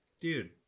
Dude